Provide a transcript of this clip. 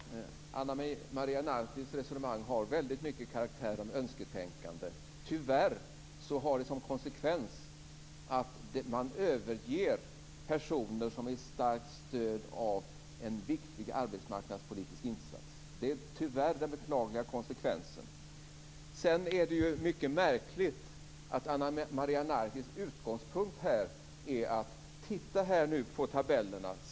Fru talman! Ana Maria Nartis resonemang har väldigt mycket karaktären av önsketänkande. Tyvärr blir konsekvensen att man överger personer som är i starkt behov av en viktig arbetsmarknadspolitisk insats. Det är tyvärr den beklagliga konsekvensen. Ana Maria Nartis utgångspunkt är mycket märklig. Hon säger: Titta på tabellerna!